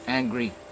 angry